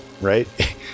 right